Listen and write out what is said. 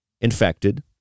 Infected